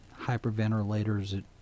hyperventilators